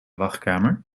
wachtkamer